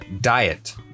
diet